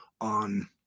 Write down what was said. on